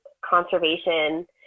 conservation